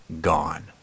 gone